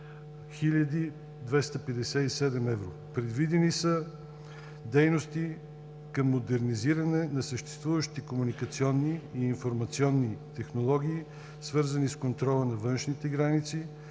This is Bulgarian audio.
257 евро. Предвидени са дейности към модернизиране на съществуващите комуникационни и информационни технологии, свързани с контрола на външните граници,